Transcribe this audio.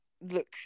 look